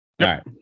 right